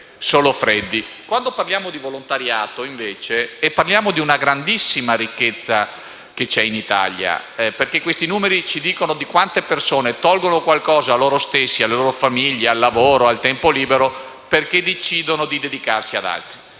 quando parliamo di volontariato ci riferiamo a una grandissima ricchezza presente in Italia, perché quei numeri ci parlano di quante persone tolgono qualcosa a loro stessi, alle loro famiglie, al lavoro o al tempo libero per dedicarsi ad altri.